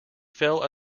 fell